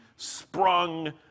sprung